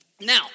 Now